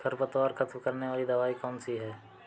खरपतवार खत्म करने वाली दवाई कौन सी है?